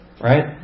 Right